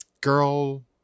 Girl